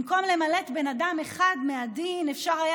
במקום למלט בן אדם אחד מהדין אפשר היה